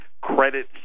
credit